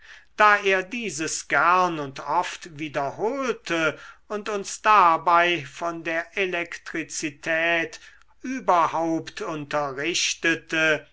da er dieses gern und oft wiederholte und uns dabei von der elektrizität überhaupt unterrichtete